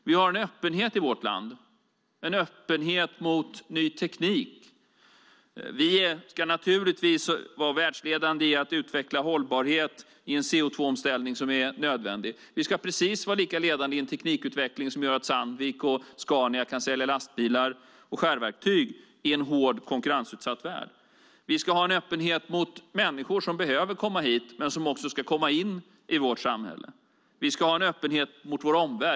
Vi har en öppenhet i vårt land, en öppenhet mot ny teknik. Vi ska naturligtvis vara världsledande i att utveckla hållbarhet i en CO2-omställning som är nödvändig. Vi ska vara precis lika ledande i en teknikutveckling som gör att Sandvik och Scania kan sälja skärverktyg och lastbilar i en hård konkurrensutsatt värld. Vi ska ha en öppenhet mot människor som behöver komma hit men som också ska komma in i vårt samhälle. Vi ska ha en öppenhet mot vår omvärld.